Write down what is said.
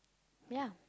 yeah